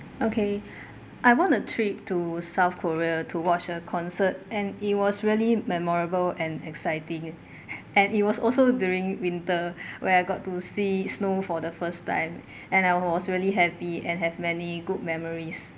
okay I won a trip to south korea to watch a concert and it was really memorable and exciting and it was also during winter where I got to see snow for the first time and I was really happy and have many good memories